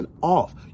off